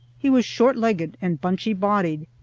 he was short-legged and bunchy-bodied,